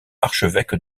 archevêque